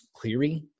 Cleary